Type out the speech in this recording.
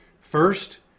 First